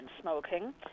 smoking